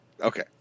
Okay